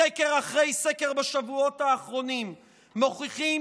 סקר אחרי סקר בשבועות האחרונים מוכיחים